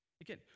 Again